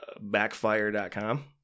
backfire.com